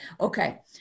Okay